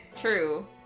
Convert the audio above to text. true